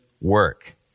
work